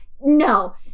no